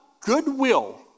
goodwill